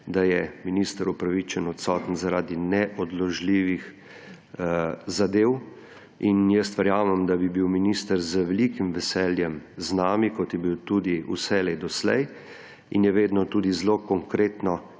da je minister upravičeno odsoten zaradi neodložljivih zadev. In jaz verjamem, da bi bil minister z velikim veseljem z nami, kot je bil tudi vselej doslej in je vedno tudi zelo konkretno